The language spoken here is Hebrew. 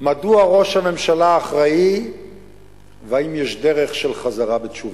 מדוע ראש הממשלה אחראי והאם יש דרך של חזרה בתשובה.